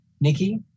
Nikki